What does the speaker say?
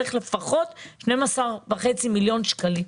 צריך לפחות 12.5 מיליון שקלים.